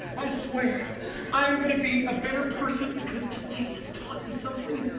i swear i am gonna be a better person because today has taught me something